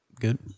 good